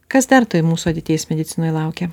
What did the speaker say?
kas dar toj mūsų ateities medicinoj laukia